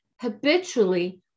habitually